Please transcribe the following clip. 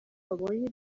babonye